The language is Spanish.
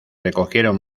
recogieron